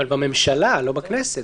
אבל בממשלה, לא בכנסת.